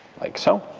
like so.